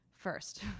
first